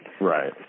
Right